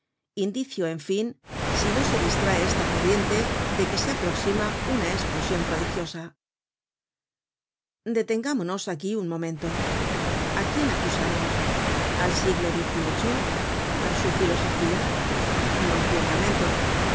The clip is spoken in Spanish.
indicio en fin si no se distrae esta corriente deque se aproxima una esplosion prodigiosa detengámonos aquí un momento a quién acusamos al siglo xviii a su filosofía no ciertamente